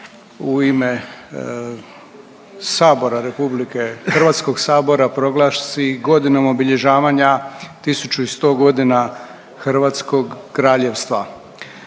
u ime sabora republike, Hrvatskog sabora proglasi „Godinom obilježavanja 1100 godina Hrvatskog Kraljevstva“.